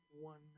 one